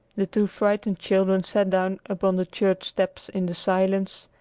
the two frightened children sat down upon the church steps in the silence,